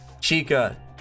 Chica